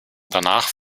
danach